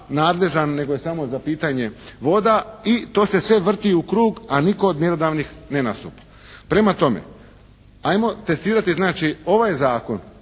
nadležan, nego je samo za pitanje voda i to se sve vrti u krug, a nitko od mjerodavnih ne nastupa. Prema tome, hajmo testirati znači ovaj zakon